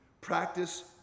Practice